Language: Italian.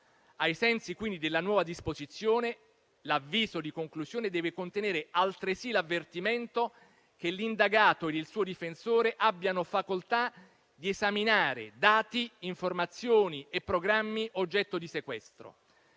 Ai sensi quindi della nuova disposizione, l'avviso di conclusione deve contenere altresì l'avvertimento che l'indagato ed il suo difensore abbiano facoltà di esaminare dati, informazioni e programmi oggetto di sequestro.